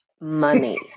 money